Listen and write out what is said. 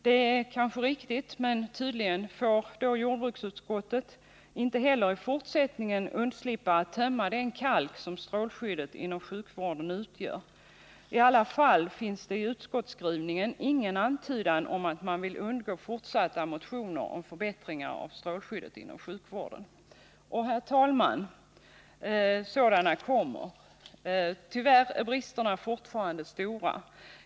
Det är kanske riktigt, men tydligen slipper då jordbruksutskottet inte heller i fortsättningen att tömma den kalk som strålskyddet inom sjukvården utgör. I varje fall finns det i utskottsskrivningen ingen antydan om att man vill undgå fortsatta motioner om förbättringar av strålskyddet inom sjukvården. Och, herr talman, sådana kommer. Tyvärr är bristerna fortfarande stora.